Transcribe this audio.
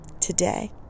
Today